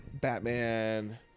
Batman